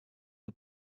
you